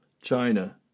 China